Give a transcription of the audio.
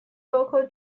local